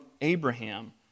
Abraham